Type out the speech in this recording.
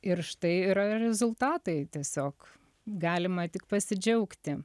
ir štai yra rezultatai tiesiog galima tik pasidžiaugti